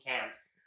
cans